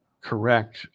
correct